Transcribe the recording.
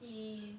he